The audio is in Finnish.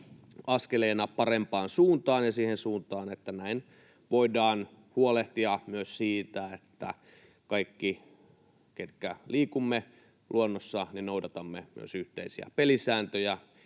askeleena parempaan suuntaan ja siihen suuntaan, että näin voidaan huolehtia myös siitä, että me kaikki, ketkä liikumme luonnossa, noudatamme myös yhteisiä pelisääntöjä